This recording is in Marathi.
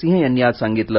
सिंह यांनी आज सांगितले